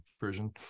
version